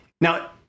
Now